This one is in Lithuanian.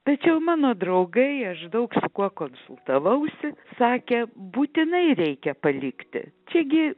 tačiau mano draugai aš daug su kuo konsultavausi sakė būtinai reikia palikti čiagi